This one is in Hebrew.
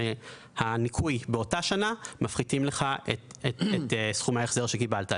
מהניכוי באותה השנה מפחיתים לך את סכומי ההחזר שקיבלת.